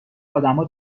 ادما